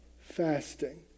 fasting